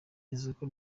isoko